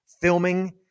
filming